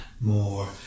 more